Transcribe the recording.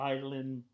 Island